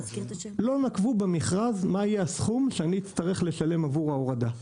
ובמכרז לא נקבו בסכום שאני אצטרך לשלם עבור ההורדה.